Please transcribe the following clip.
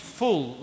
full